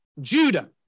Judah